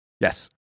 Yes